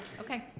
okay,